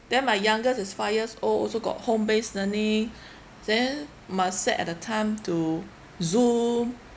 then my youngest is five years old also got home based learning then must set at the time to Zoom